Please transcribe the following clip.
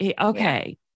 Okay